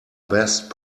best